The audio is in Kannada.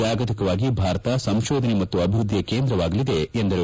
ಜಾಗತಿಕವಾಗಿ ಭಾರತ ಸಂಶೋಧನೆ ಮತ್ತು ಅಭಿವೃದ್ಧಿಯ ಕೇಂದ್ರವಾಗಲಿದೆ ಎಂದರು